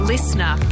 Listener